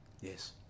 Yes